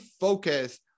focus